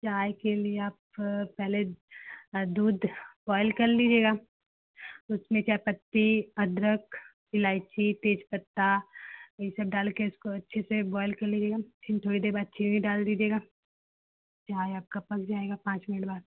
चाय के लिए आप पहले दूध बॉयल कर लीजिएगा उसमें चाय पत्ती अदरक इलायची तेजपत्ता यह सब डालकर इसको अच्छे से बॉयल कर लीजिएगा फिर थोड़ी देर बाद चीनी डाल दीजिएगा चाय आपकी पक जाएगी पाँच मिनट बाद